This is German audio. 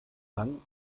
bang